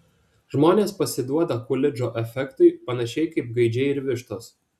žmonės pasiduoda kulidžo efektui panašiai kaip gaidžiai ir vištos